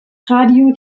radio